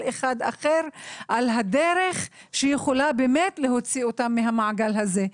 אחד אחר על הדרך שיכולה באמת להוציא אותם מהמעגל הזה,